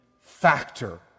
factor